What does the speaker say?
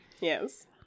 Yes